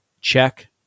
check